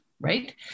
right